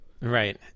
Right